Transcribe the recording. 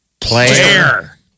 player